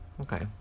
Okay